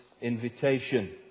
invitation